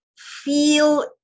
Feel